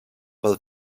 pel